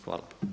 Hvala.